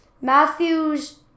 Matthews